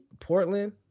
Portland